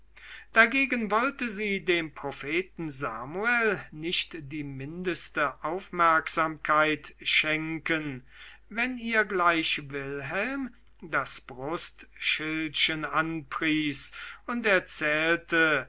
dagegen wollte sie dem propheten samuel nicht die mindeste aufmerksamkeit schenken wenn ihr gleich wilhelm das brustschildchen anpries und erzählte